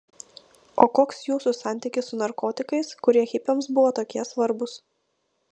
o koks jūsų santykis su narkotikais kurie hipiams buvo tokie svarbūs